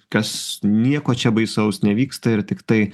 kas nieko čia baisaus nevyksta ir tiktai